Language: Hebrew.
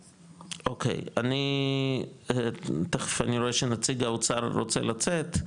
אוקי, תיכף אני רואה שנציג האוצר רוצה לצאת,